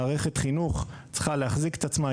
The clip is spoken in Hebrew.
מערכת חינוך צריכה להחזיק את עצמה,